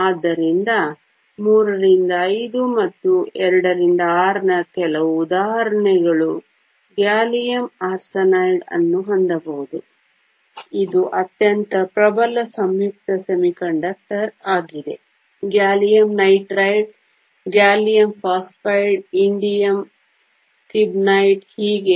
ಆದ್ದರಿಂದ III V ಮತ್ತು II VI ನ ಕೆಲವು ಉದಾಹರಣೆಗಳು ಗ್ಯಾಲಿಯಮ್ ಆರ್ಸೆನೈಡ್ ಅನ್ನು ಹೊಂದಬಹುದು ಇದು ಅತ್ಯಂತ ಪ್ರಬಲ ಸಂಯುಕ್ತ ಅರೆವಾಹಕ ಆಗಿದೆ gallium nitride gallium phosphide indium stibnite ಹೀಗೆ